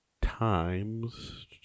times